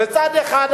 בצד אחד,